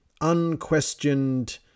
unquestioned